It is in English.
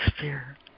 fear